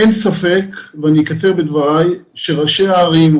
אין ספק ואני אקצר בדבריי שראשי הערים,